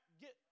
get